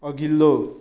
अघिल्लो